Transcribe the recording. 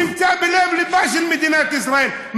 יישוב שנמצא בלב-ליבה של מדינת ישראל,